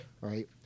right